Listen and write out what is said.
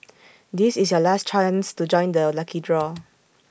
this is your last chance to join the lucky draw